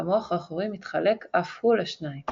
והמוח האחורי מתחלק אף הוא לשניים